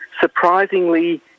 surprisingly